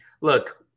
look